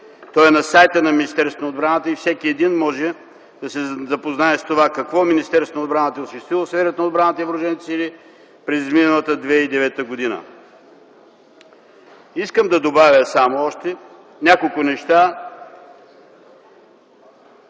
той е на сайта на Министерството на отбраната. Всеки един може да се запознае какво Министерството на отбраната е осъществило в сферата на отбраната и въоръжените сили през изминалата 2009 г. Искам да добавя само още няколко неща.